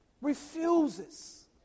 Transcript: Refuses